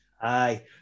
Aye